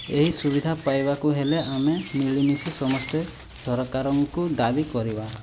ଏହି ସୁବିଧା ପାଇବାକୁ ହେଲେ ଆମେ ମିଳିମିଶି ସମସ୍ତେ ସରକାରଙ୍କୁ ଦାବି କରିବା